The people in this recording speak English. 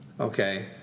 okay